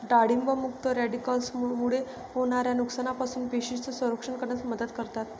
डाळिंब मुक्त रॅडिकल्समुळे होणाऱ्या नुकसानापासून पेशींचे संरक्षण करण्यास मदत करतात